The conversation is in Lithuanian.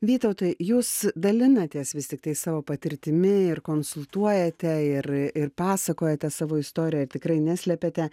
vytautai jūs dalinatės vis tiktai savo patirtimi ir konsultuojate ir ir pasakojate savo istoriją ir tikrai neslepiate